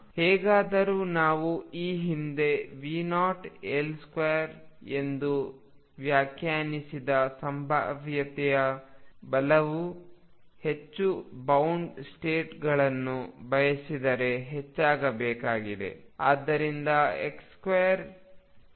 ಹೇಗಾದರೂ ನಾವು ಈ ಹಿಂದೆ V0L2 ಎಂದು ವ್ಯಾಖ್ಯಾನಿಸಿದ ಸಂಭಾವ್ಯತೆಯ ಬಲವು ಹೆಚ್ಚು ಬೌಂಡ್ ಸ್ಟೇಟ್ಗಳನ್ನು ಬಯಸಿದರೆ ಹೆಚ್ಚಾಗಬೇಕಿದೆ